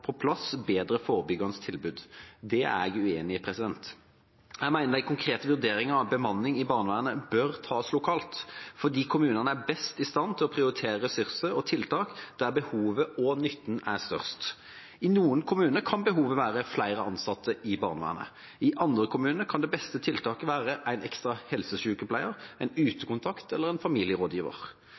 på plass bedre forebyggende tilbud. Det er jeg uenig i. Jeg mener de konkrete vurderingene av bemanning i barnevernet bør tas lokalt fordi kommunene er best i stand til å prioritere ressurser og tiltak der behovet og nytten er størst. I noen kommuner kan behovet være flere ansatte i barnevernet – i andre kommuner kan det beste tiltaket være en ekstra helsesykepleier, en utekontakt eller en familierådgiver.